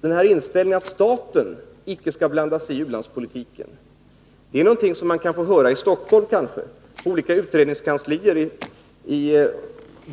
Den här inställningen att staten inte skall blanda sig i u-landspolitiken är någonting som man kan få höra i utredningskanslier och